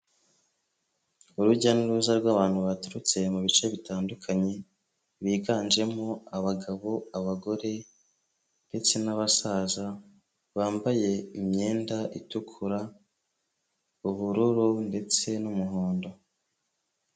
Urujya n'uruza rw'abantu baturutse mu bice bitandukanye, biganjemo abagabo, abagore, ndetse n'abasaza, bambaye imyenda itukura, ubururu, ndetse n'umuhondo.